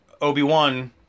Obi-Wan